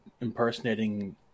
impersonating